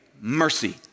mercy